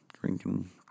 drinking